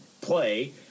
play